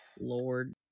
Lord